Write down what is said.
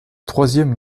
troisième